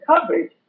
coverage